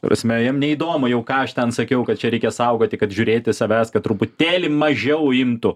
prasme jam neįdomu jau ką aš ten sakiau kad čia reikia saugoti kad žiūrėti savęs kad truputėlį mažiau imtų